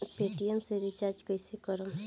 Paytm से recharge कईसे करम?